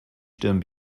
stirn